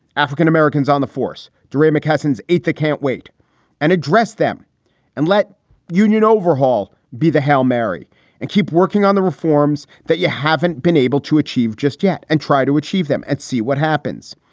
african-americans on the force. deray mckesson eighth. i can't wait and address them and let union overhaul be the hail mary and keep working on the reforms that you haven't been able to achieve just yet and try to achieve them and see what happens.